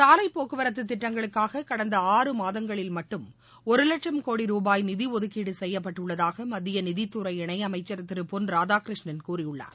சாவைப்போக்குவரத்து திட்டங்களுக்காக கடந்த ஆறு மாதங்களில் மட்டும் ஒரு லட்சம் கோடி ரூபாய் நிதி ஒதுக்கீடு செப்யப்பட்டுள்ளதாக மத்திய நிதித்துறை இணையமைச்சர் திரு பொன் ராதாகிருஷ்ணன் கூறியுள்ளார்